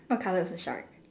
what colour is the shark